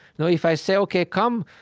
now if i say, ok, come,